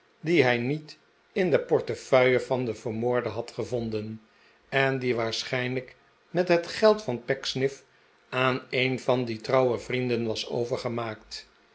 die hij niet in de portefeuille van den vermoorde had gevonden en die waarschijnlijk met het geld van pecksniff aan een van die trouwe vrienden was overgemaakt